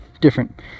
Different